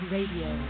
Radio